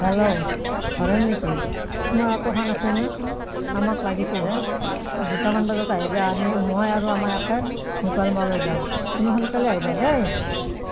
hello Horen নেকি তোমাৰ অটোখন আছেনে আমাক লাগিছিল হে দুটামান বজাত আহিবা আমি মই আৰু আমাৰ এখেত মুকালমুৱালৈ যাম তুমি সোনকালে আহিবা দেই